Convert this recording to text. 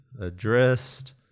addressed